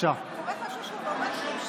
היא קוראת משהו שהוא לא בתחום שלה,